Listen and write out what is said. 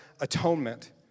atonement